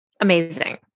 Amazing